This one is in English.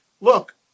look